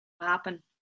happen